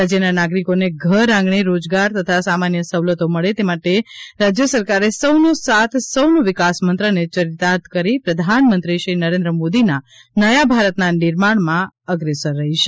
રાજયના નાગરિકોને ઘરઆંગણે રોજગાર તથા સામાન્ય સવલતો મળે તે માટે રાજયસરકાર સૌનો સાથ સૌનો વિકાસ ના મંત્રને યરિતાર્થ કરી પ્રધાનમંત્રીશ્રી નરેન્દ્રભાઇ મોદીના નયા ભારત ના નિર્માણમાં રાજ્ય સરકાર અગ્રેસર રહી છે